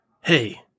Hey